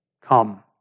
Come